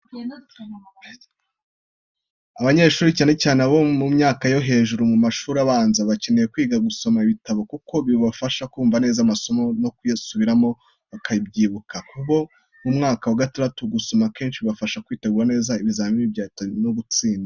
Abanyeshuri, cyane cyane abo mu myaka yo hejuru mu mashuri abanza, bakeneye kwiga no gusoma ibitabo, kuko bibafasha kumva neza amasomo no kubisubiramo bakabyibuka. Ku bo mu mwaka wa gatandatu, gusoma kenshi bibafasha kwitegura neza ibizamini bya Leta no gutsinda neza.